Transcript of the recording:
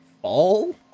fall